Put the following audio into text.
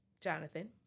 Jonathan